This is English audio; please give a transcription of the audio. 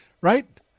Right